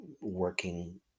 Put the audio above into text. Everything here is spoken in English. working